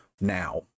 now